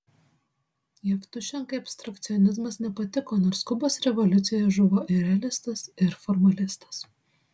jevtušenkai abstrakcionizmas nepatiko nors kubos revoliucijoje žuvo ir realistas ir formalistas